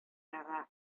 сахрага